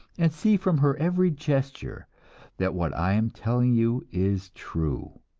and see from her every gesture that what i am telling you is true.